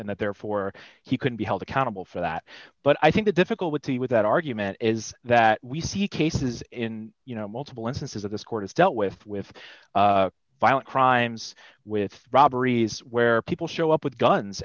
that therefore he could be held accountable for that but i think the difficulty with that argument is that we see cases in you know multiple instances of this court is dealt with with violent crimes with robberies where people show up with guns